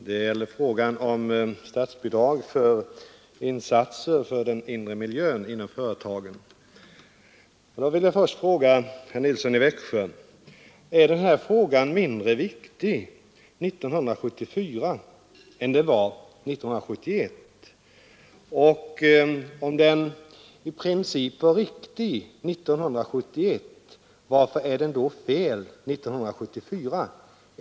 Herr talman! När det gäller statsbidrag till insatser för den inre miljön i företagen vill jag först fråga herr Nilsson i Växjö om den saken är mindre viktig 1974 än den var 1971. Och om den i princip var värd att tas upp 1971, varför är det då fel att göra det 1974?